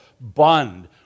bond